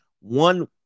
one